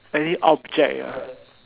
any object ah